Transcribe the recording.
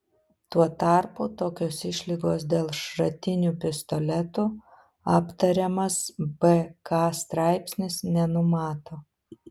tuo tarpu tokios išlygos dėl šratinių pistoletų aptariamas bk straipsnis nenumato